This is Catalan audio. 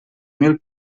mil